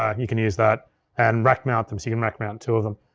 ah you can use that and rack mount them so you can rack mount two of them.